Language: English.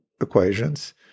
equations